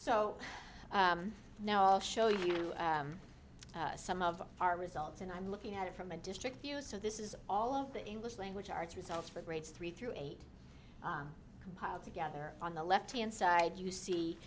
so now i'll show you some of our results and i'm looking at it from a district view so this is all of the english language arts results for grades three through eight compiled together on the left hand side you see